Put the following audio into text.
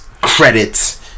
credits